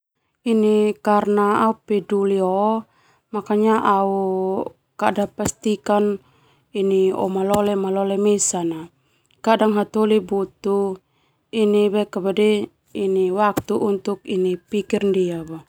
Karna au peduli makanya au pstikan malole malole mesan kadang hataholi butuh waktu ini pikir ndia boe.